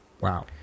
wow